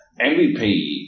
MVP